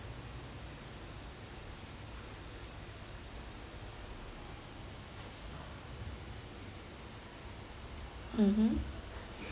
mmhmm